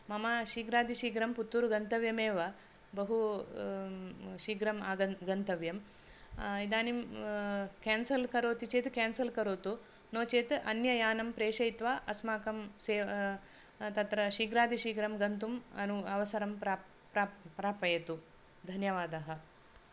मम शीघ्रातिशीघ्रं पुत्तुरु गन्तव्यमेव बहु शीघ्रं गन्तव्यं इदानीं केन्सल् चेत् केन्सल् करोतु नो चेत् अन्य यानं प्रेषयित्वा अस्माकं सेवा तत्र शीघ्रातिशीघ्रं गन्तुं अवसरं प्रा प्रापयतु धन्यवादाः